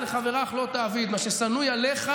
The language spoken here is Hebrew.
לחברך לא תעביד: מה ששנוא עליך,